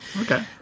Okay